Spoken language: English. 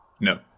No